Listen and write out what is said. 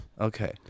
okay